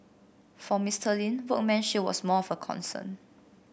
for Mister Lin workmanship was more of a concern